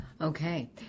Okay